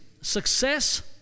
success